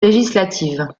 législative